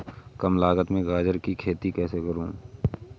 कम लागत में गाजर की खेती कैसे करूँ?